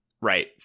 right